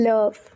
Love